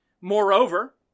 Moreover